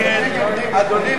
שהסתייגות